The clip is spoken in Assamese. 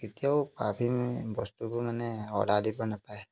কেতিয়াও পাৰ্ফিউম বস্তুবোৰ মানে অৰ্ডাৰ দিব নাপায়